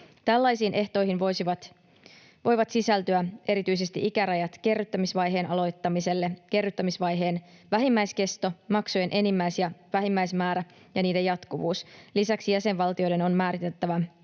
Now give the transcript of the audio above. Tällaisiin ehtoihin voivat sisältyä erityisesti ikärajat kerryttämisvaiheen aloittamiselle, kerryttämisvaiheen vähimmäiskesto, maksujen enimmäis- ja vähimmäismäärä ja niiden jatkuvuus. Lisäksi jäsenvaltioiden on määritettävä